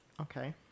Okay